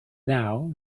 now